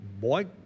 boy